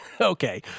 Okay